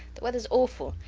the weathers awful.